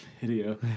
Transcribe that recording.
video